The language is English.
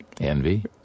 Envy